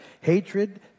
hatred